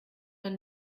man